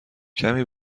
کمی